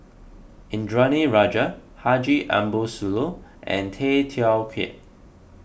Indranee Rajah Haji Ambo Sooloh and Tay Teow Kiat